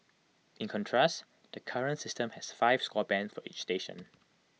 in contrast the current system has five score bands for each station